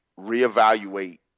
reevaluate